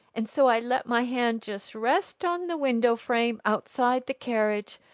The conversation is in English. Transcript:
and so i let my hand just rest on the window-frame outside the carriage,